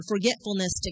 forgetfulness